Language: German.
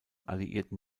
alliierten